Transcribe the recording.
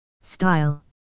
Style